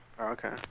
Okay